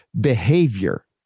behavior